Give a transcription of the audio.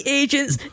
agents